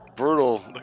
brutal